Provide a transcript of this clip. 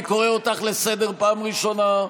אני קורא אותך לסדר פעם ראשונה.